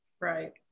Right